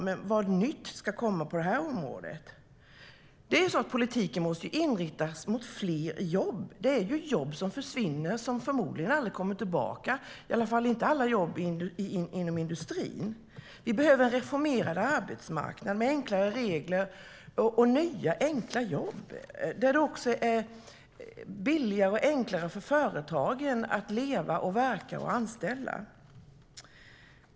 Men vad nytt ska komma på detta område? Politiken måste inriktas mot fler jobb. Det är jobb som försvinner och som förmodligen aldrig kommer tillbaka, i alla fall inte alla jobb inom industrin. Vi behöver en reformerad arbetsmarknad med enklare regler och nya enkla jobb, och där det också är billigare och enklare för företagen att leva, verka och anställa.